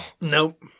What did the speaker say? Nope